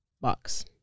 box